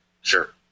Sure